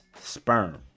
sperm